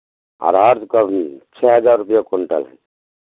अरहर का भी छः हज़ार रुपये क्विंटल है